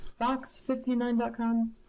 fox59.com